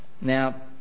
Now